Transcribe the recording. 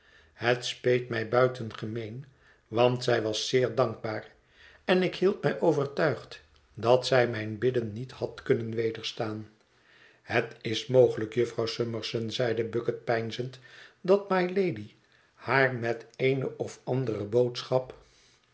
het speet mij buitengemeen want zij was zeer dankbaar en ik hield mij overtuigd dat zij mijn bidden niet had kunnen wederstaan het is mogelijk jufvrouw summerson zeide bucket peinzend dat mylady haar met eene of andere boodschap